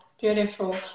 beautiful